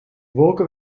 wolken